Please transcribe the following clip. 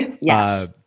Yes